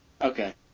Okay